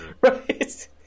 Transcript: Right